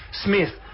Smith